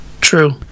True